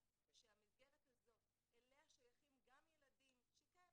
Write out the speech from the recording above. שהמסגרת הזאת אליה שייכים גם ילדים שכן,